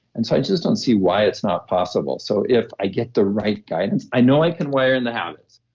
and i just don't see why it's not possible. so if i get the right guidance, i know i can wire in the habits.